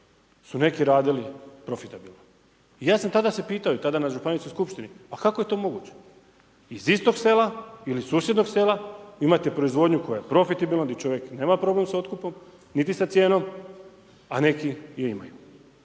su neki radili profitabilno. I ja sam tada se pitao i tada na županijskoj skupštini pa kako je to moguće, iz istog sela ili susjednog sela imate proizvodnju koja je profitabilna gdje čovjek nema problem sa otkupom niti sa cijenom a neki je imaju.